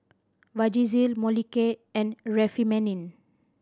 Vagisil Molicare and Remifemin